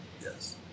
Yes